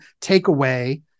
takeaway